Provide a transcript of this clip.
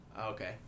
Okay